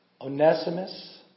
Onesimus